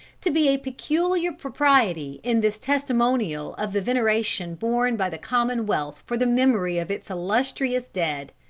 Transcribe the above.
to be a peculiar propriety in this testimonial of the veneration borne by the commonwealth for the memory of its illustrious dead.